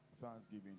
thanksgiving